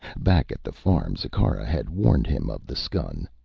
back at the farm, zikkara had warned him of the skun.